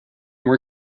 more